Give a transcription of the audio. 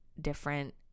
different